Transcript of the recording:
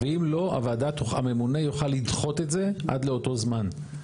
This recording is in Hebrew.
ואם לא, הממונה יוכל לדחות את זה עד לאותו זמן.